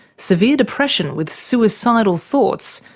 severe depression with suicidal thoughts,